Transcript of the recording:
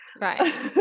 right